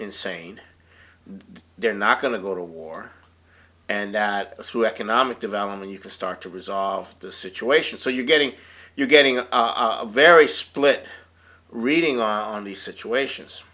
insane they're not going to go to war and through economic development you can start to resolve the situation so you're getting you're getting a very split reading on the situations